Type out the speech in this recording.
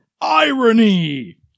irony